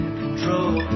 control